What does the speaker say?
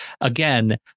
again